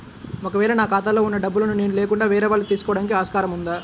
ఒక వేళ నా ఖాతాలో వున్న డబ్బులను నేను లేకుండా వేరే వాళ్ళు తీసుకోవడానికి ఆస్కారం ఉందా?